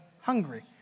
hungry